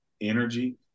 energy